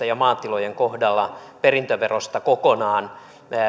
ja maatilojen kohdalla perintöverosta kokonaan